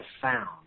found